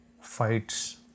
fights